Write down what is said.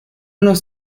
los